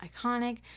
iconic